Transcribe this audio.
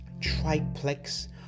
triplex